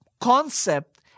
concept